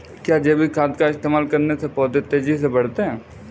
क्या जैविक खाद का इस्तेमाल करने से पौधे तेजी से बढ़ते हैं?